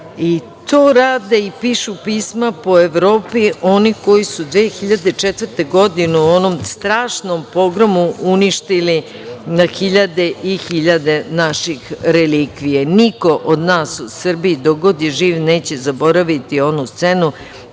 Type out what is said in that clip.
Tu rade i pišu pisma po Evropi oni koji su 2004. godine u onom strašnom pogromu uništili na hiljade i hiljade naših relikvija. Niko od nas u Srbiji, dok god je živ zaboraviti onu scenu